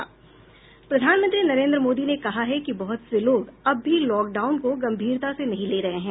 प्रधानमंत्री नरेन्द्र मोदी ने कहा है कि बहुत से लोग अब भी लॉकडाउन को गंभीरता से नहीं ले रहे हैं